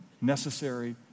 necessary